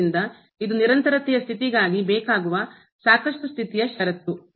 ಆದ್ದರಿಂದ ಇದು ನಿರಂತರತೆಯ ಸ್ಥಿತಿಗಾಗಿ ಬೇಕಾಗುವ ಸಾಕಷ್ಟು ಸ್ಥಿತಿ ಯ ಷರತ್ತು